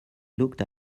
looked